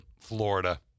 Florida